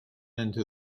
into